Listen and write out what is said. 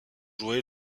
joué